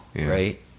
right